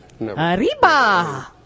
Arriba